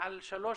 על שלוש